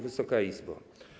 Wysoka Izbo!